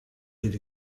could